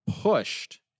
pushed